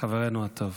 חברנו הטוב.